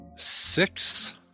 Six